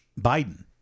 Biden